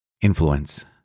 influence